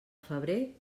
febrer